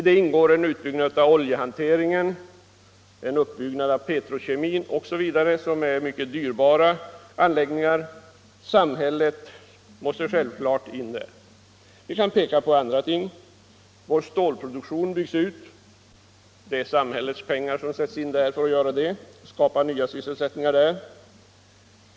Däri ingår en utbyggnad av oljehanteringen, en uppbyggnad av petrokemin m.m. som innebär mycket dyrbara anläggningar. Samhället måste självklart gå in där. Jag kan peka på andra ting. Vår stålproduktion måste byggas ut. Det är samhällets pengar som sätts in där för att skapa nya sysselsättningar.